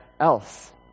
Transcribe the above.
else